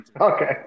Okay